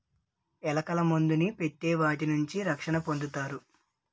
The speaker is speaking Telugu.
ఎలకల మందుని పెట్టి వాటి నుంచి రక్షణ పొందుతారు